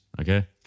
okay